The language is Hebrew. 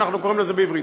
אנחנו קוראים לזה בעברית.